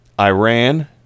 iran